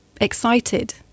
excited